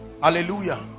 hallelujah